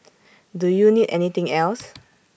do you need anything else